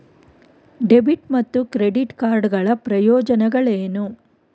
Debit ಮತ್ತು credit card ಗಳ ಪ್ರಯೋಜನಗಳೇನು?